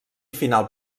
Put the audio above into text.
final